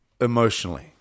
emotionally